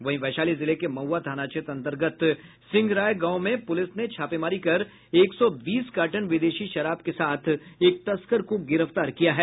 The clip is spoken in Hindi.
वहीं वैशाली जिले के महुआ थाना क्षेत्र अंतर्गत सिंहराय गांव में पुलिस ने छापेमारी कर एक सौ बीस कार्टन विदेशी शराब के साथ एक तस्कर को गिरफ्तार किया है